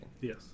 Yes